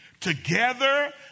Together